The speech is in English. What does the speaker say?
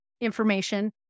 information